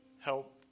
help